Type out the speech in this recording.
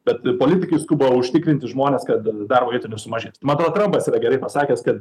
bet politikai skuba užtikrinti žmones kad darbo vietų nesumažės mano atrodo trampas yra gerai pasakęs kad